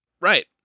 Right